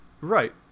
Right